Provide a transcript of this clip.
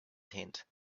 tent